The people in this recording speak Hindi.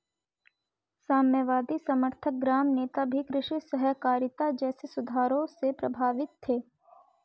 साम्यवादी समर्थक ग्राम नेता भी कृषि सहकारिता जैसे सुधारों से प्रभावित थे